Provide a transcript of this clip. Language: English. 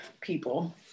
people